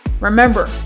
Remember